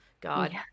god